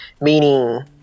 meaning